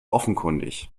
offenkundig